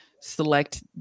select